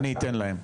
אני אתן להן,